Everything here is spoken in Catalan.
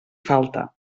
falta